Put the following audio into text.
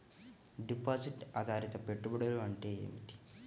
Deposit ఆధారిత పెట్టుబడులు అంటే ఏమిటి?